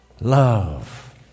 Love